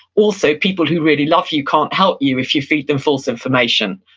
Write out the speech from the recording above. also people who really love you can't help you if you feed them false information.